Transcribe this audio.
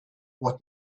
what